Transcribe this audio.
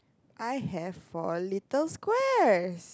I have four little squares